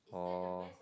or